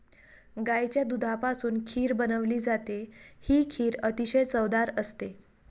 गाईच्या दुधापासून खीर बनवली जाते, ही खीर अतिशय चवदार असते